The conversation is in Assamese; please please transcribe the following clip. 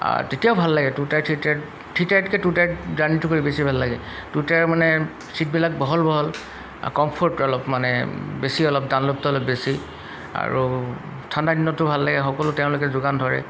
তেতিয়াও ভাল লাগে two tyre three tyre three টায়াৰতকৈ টু টায়াৰ জাৰ্ণিটো কৰি বেছি ভাল লাগে টু টায়াৰ মানে ছিটবিলাক বহল বহল কম্ফৰ্ট অলপ মানে বেছি অলপ দানলপটো অলপ বেছি আৰু ঠাণ্ডা দিনতো ভাল লাগে সকলো তেওঁলোকে যোগান ধৰে